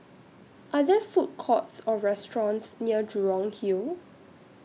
Are There Food Courts Or restaurants near Jurong Hill